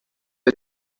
est